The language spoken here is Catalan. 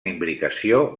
imbricació